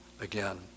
again